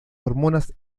hormonas